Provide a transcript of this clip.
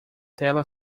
tela